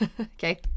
okay